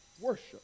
worship